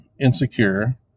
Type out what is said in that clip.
insecure